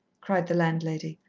cried the landlady.